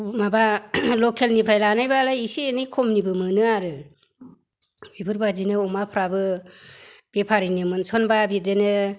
माबा लकेलनिफ्राय लानाय बालाय इसे एनै खमनिबो मोनो आरो बेफोरबायदिनो अमाफोराबो बेफारिनि मोनसनबा बिदिनो